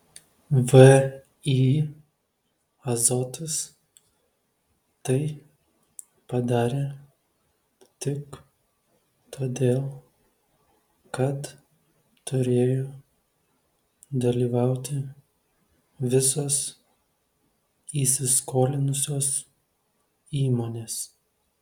vį azotas tai padarė tik todėl kad turėjo dalyvauti visos įsiskolinusios įmonės